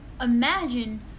imagine